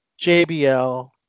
JBL